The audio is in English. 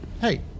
Hey